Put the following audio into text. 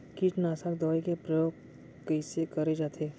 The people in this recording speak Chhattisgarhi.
कीटनाशक दवई के प्रयोग कइसे करे जाथे?